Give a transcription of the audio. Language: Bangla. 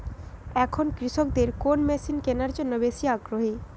এখন কৃষকদের কোন মেশিন কেনার জন্য বেশি আগ্রহী?